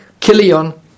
Kilion